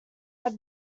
had